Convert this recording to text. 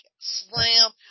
Slam